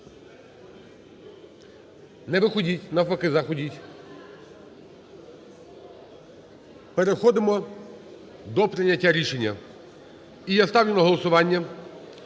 Не виходіть, навпаки заходіть. Переходимо до прийняття рішення. І я ставлю на голосування